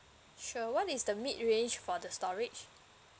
sure what is the mid range for the storage